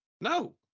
No